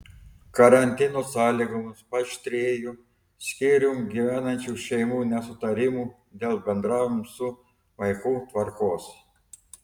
karantino sąlygomis paaštrėjo skyrium gyvenančių šeimų nesutarimų dėl bendravimo su vaiku tvarkos